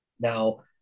Now